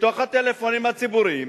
מהטלפונים הציבוריים